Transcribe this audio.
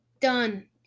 done